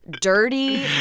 dirty